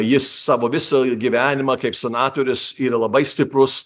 jis savo visą gyvenimą kaip senatorius yra labai stiprus